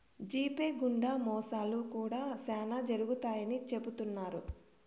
GPay గుండా మోసాలు కూడా శ్యానా జరుగుతాయని చెబుతున్నారు